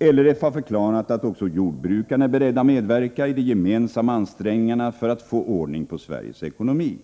LRF har förklarat att också jordbrukarna är beredda att medverka i de gemensamma ansträngningarna för att få ordning på Sveriges ekonomi.